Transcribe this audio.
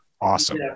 awesome